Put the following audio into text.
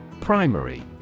Primary